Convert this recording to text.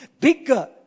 bigger